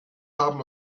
haben